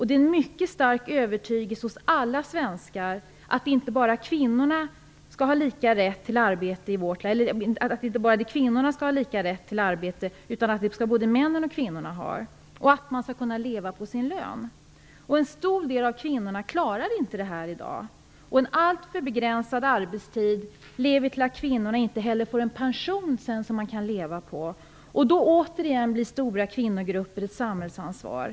Det är en mycket stark övertygelse hos alla svenskar att både män och kvinnor skall ha lika rätt till arbete och att man skall kunna leva på sin lön, men en stor del av kvinnorna klarar inte det i dag. En alltför begränsad arbetstid leder till att kvinnorna inte heller får en pension som de senare kommer att kunna leva på, och då blir återigen stora kvinnogrupper ett samhällsansvar.